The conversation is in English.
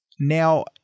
now